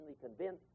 convinced